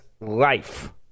life